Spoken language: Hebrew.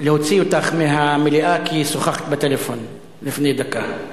להוציא אותך מהמליאה כי שוחחת בטלפון לפני דקה.